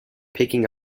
picking